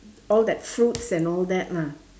all that fruits and all that lah